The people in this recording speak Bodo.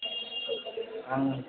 आं